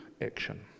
action